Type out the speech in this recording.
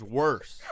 worse